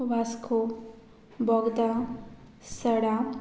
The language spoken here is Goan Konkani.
वास्को बोगदा सडा